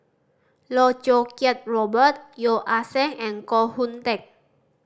Loh Choo Kiat Robert Yeo Ah Seng and Koh Hoon Teck